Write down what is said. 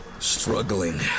Struggling